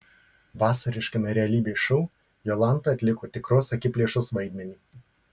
vasariškame realybės šou jolanta atliko tikros akiplėšos vaidmenį